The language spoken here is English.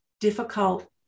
difficult